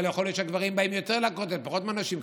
אבל יכול להיות שהגברים באים יותר לכותל ונשים פחות,